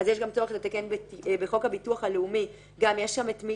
אז יש גם צורך לתקן בחוק הביטוח הלאומי; גם שם יש את מי